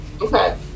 okay